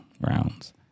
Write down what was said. rounds